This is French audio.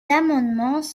amendements